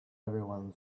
everyone